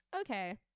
okay